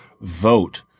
vote